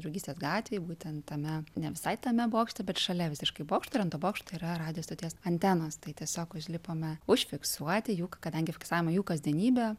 draugystės gatvėj būtent tame ne visai tame bokšte bet šalia visiškai bokšto ir ant to bokšto yra radijo stoties antenos tai tiesiog užlipome užfiksuoti jų kadangi fiksavome jų kasdienybę